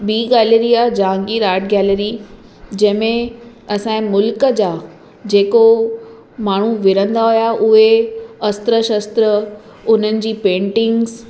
ॿि गैलरी आहे Jehangir art gallery जंहिं में असांजे मुल्क जा जेको माण्हू विणंदा हुआ उहो अस्त्र शस्त्र उन्हनि जी पैंटिग्स